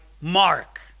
mark